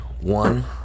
One